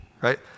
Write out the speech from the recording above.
right